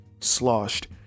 sloshed